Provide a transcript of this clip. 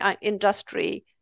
industry